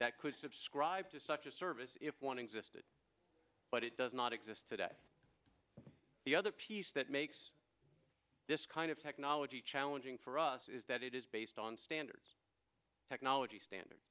that could subscribe to such a service if one existed but it does not exist today the other piece that makes this kind of technology challenging for us is that it is based on standards technology standard